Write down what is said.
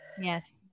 Yes